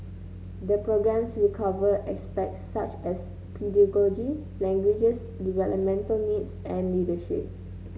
the programmes will cover aspects such as pedagogy languages developmental needs and leadership